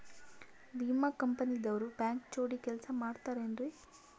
ವಿಮಾ ಕಂಪನಿ ದವ್ರು ಬ್ಯಾಂಕ ಜೋಡಿ ಕೆಲ್ಸ ಮಾಡತಾರೆನ್ರಿ?